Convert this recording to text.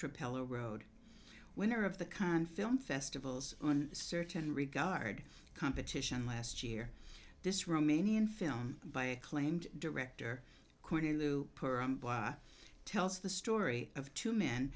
hello road winner of the khan film festivals on certain regard competition last year this romanian film by acclaimed director quentin lou tells the story of two men